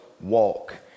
walk